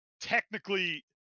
technically